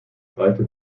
breite